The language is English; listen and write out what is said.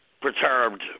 perturbed